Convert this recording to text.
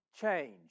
change